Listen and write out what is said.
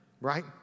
Right